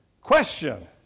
Question